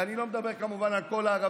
ואני כמובן לא מדבר על כל הערבים,